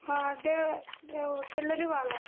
हाँ ओ डेलरी वाला